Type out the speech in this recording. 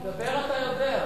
לדבר אתה יודע.